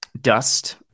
dust